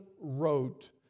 wrote